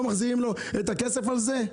לא מחזירים לו את הכסף על זה?